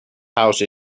housed